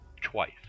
Twice